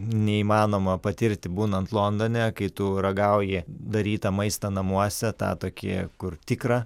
neįmanoma patirti būnant londone kai tu ragauji darytą maistą namuose tą tokį kur tikrą